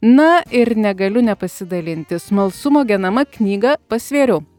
na ir negaliu nepasidalinti smalsumo genama knygą pasvėriau